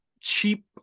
cheap